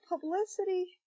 publicity